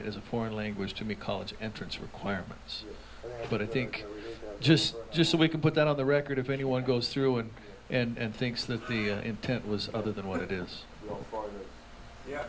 it as a foreign language to me college entrance requirements but i think just just so we can put that on the record if anyone goes through it and thinks that the intent was other than what it is yeah